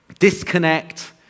disconnect